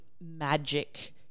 magic